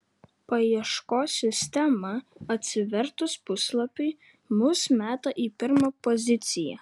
paieškos sistema atsivertus puslapiui mus meta į pirmą poziciją